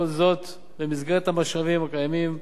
כל זאת במסגרת המשאבים הקיימים.